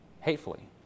hatefully